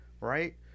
right